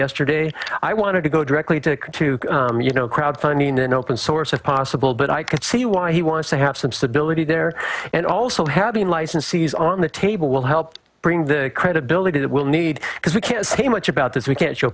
yesterday i want to go directly to to you know crowdfunding in an open source of possible but i could see why he wants to have some stability there and also having licensees on the table will help bring the credibility that we'll need because we can't say much about this we can't show